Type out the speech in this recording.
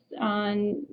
on